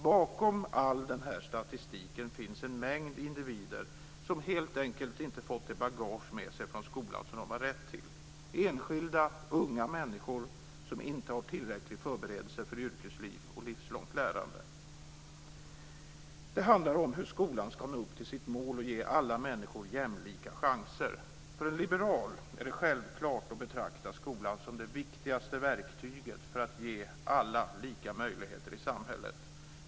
Bakom all den här statistiken finns en mängd individer som helt enkelt inte fått det bagage med sig från skolan som de har rätt till. Det är enskilda unga människor som inte har tillräcklig förberedelse för yrkesliv och livslångt lärande. Det handlar om hur skolan ska nå upp till sitt mål att ge alla människor jämlika chanser. För en liberal är det självklart att betrakta skolan som det viktigaste verktyget för att ge alla lika möjligheter i samhället.